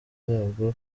zabwo